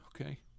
Okay